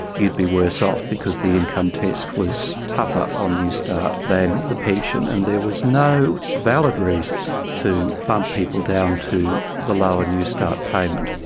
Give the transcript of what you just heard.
you'd be worse off because the income test was tougher on newstart than the pension. and there was no valid reason to bump people down to the lower newstart payment.